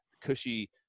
cushy